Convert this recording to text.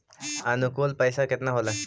अनुकुल पैसा केतना होलय